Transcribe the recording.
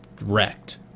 wrecked